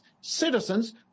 citizens